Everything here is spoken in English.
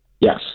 Yes